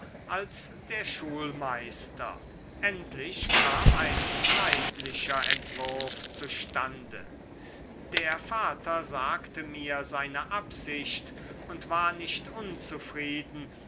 als der schulmeister endlich kam ein leidlicher entwurf zustande der vater sagte mir seine absicht und war nicht unzufrieden